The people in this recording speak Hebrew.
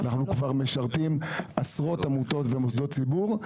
אנחנו כבר משרתים עשרות עמותות ומוסדות ציבור,